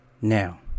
Now